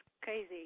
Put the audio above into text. Crazy